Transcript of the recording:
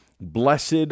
Blessed